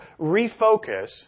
refocus